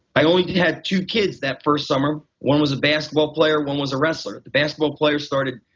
i only did have two kids that first summer. one was a basketball player, one was a wrestler. the basketball player started,